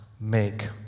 make